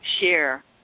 share